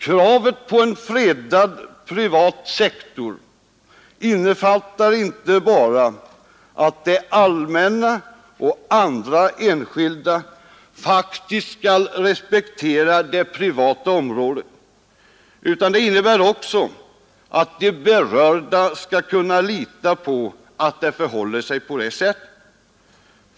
Kravet på en fredad privat sektor innefattar inte bara att det allmänna och enskilda faktiskt skall respektera det privata området, utan det innebär också att de berörda skall kunna lita på att det förhåller sig på det sättet.